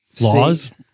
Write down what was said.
laws